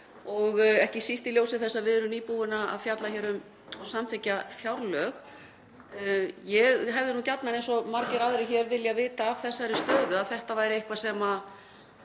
og ekki síst í ljósi þess að við erum nýbúin að fjalla um og samþykkja fjárlög. Ég hefði gjarnan eins og margir aðrir hér viljað vita af þessari stöðu, að þetta væri á döfinni og